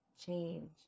change